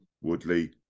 Woodley